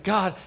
God